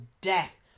death